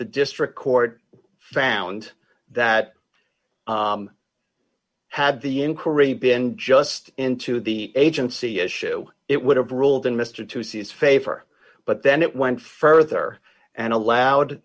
the district court found that had the inquiry been just into the agency issue it would have ruled in mr to seize favor but then it went further and allowed